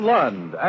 Lund